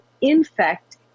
infect